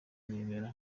kurebera